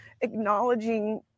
acknowledging